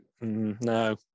no